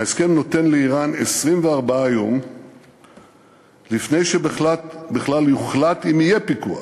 ההסכם נותן לאיראן 24 יום לפני שבכלל יוחלט אם יהיה פיקוח.